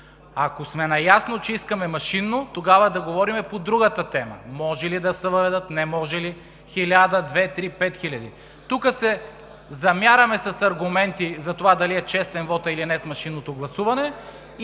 Ако сме наясно, че искаме машинно, тогава да говорим по другата тема: може ли да се въведат, не може ли, 1000, 2000, 5000? Тук се замеряме с аргументи с това дали е честен вотът при машинното гласуване